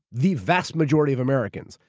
the vast majority of americans,